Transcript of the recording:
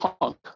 Punk